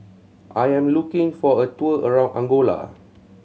I am looking for a tour around Angola